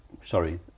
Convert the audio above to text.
sorry